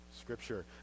scripture